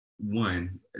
one